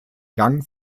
gang